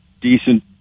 decent